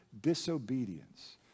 disobedience